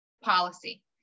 policy